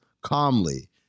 calmly